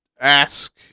ask